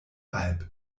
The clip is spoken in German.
alb